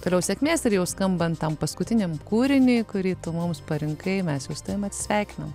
toliau sėkmės ir jau skambant tam paskutiniam kūriniui kurį tu mums parinkai mes jau su tavim atsisveikinam